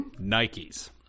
Nikes